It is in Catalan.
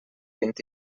vint